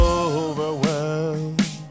overwhelmed